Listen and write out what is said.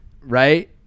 Right